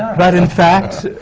ah but in fact,